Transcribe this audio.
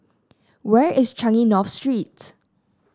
where is Changi North Street